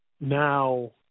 now